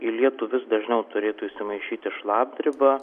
į lietų vis dažniau turėtų įsimaišyti šlapdriba